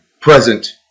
present